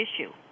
issue